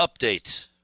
update